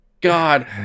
god